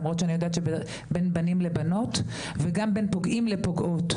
למרות שאני יודעת שבין בנים לבנות וגם בין פוגעים לפוגעות.